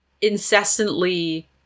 incessantly